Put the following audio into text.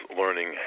learning